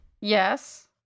Yes